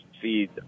feed